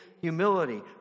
Humility